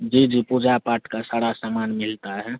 जी जी पूजा पाठ का सारा समान मिलता है